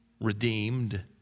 Redeemed